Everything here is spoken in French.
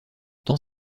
dans